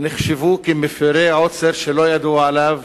נחשבו כמפירי עוצר שלא ידעו עליו